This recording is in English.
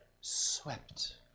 swept